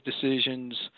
decisions